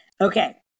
Okay